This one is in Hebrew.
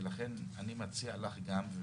ולכן אני מציע לך גם,